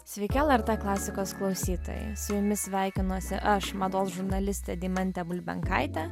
sveiki lrt klasikos klausytojai su jumis sveikinusi aš mados žurnalistė deimantė bulbenkaitė